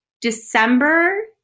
December